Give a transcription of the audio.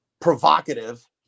provocative